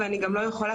ואני גם לא יכולה,